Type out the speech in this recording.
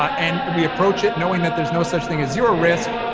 and we approach it knowing that there's no such thing as your risk.